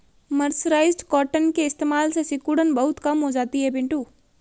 mercerised cotton के इस्तेमाल से सिकुड़न बहुत कम हो जाती है पिंटू